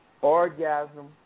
Orgasm